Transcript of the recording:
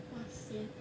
!wah! sian